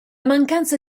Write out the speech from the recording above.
mancanza